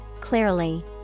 clearly